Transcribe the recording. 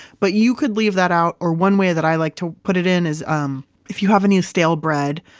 but you could leave that out. or one way that i like to put it in is um if you have any stale bread,